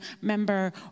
member